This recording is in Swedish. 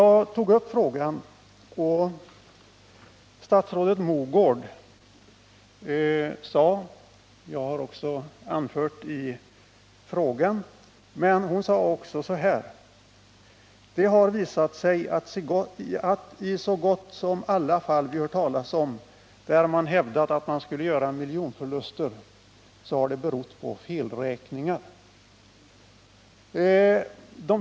Jag tog upp frågan, och statsrådet Mogård sade förutom den del av hennes svar jag anfört i min fråga: Det har visat sig att i så gott som alla fall vi har hört talas om och där det hävdats att man skulle göra miljonförluster detta har berott på felräkningar.